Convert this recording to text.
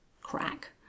crack